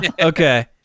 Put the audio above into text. okay